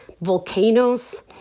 volcanoes